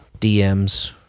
DMs